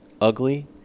ugly